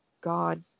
God